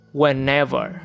whenever